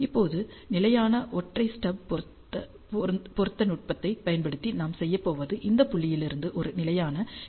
இப்போது நிலையான ஒற்றை ஸ்டப் பொருத்த நுட்பத்தைப் பயன்படுத்தி நாம் செய்யப் போவது இந்த புள்ளியிலிருந்து ஒரு நிலையான வி